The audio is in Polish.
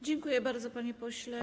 Dziękuje bardzo, panie pośle.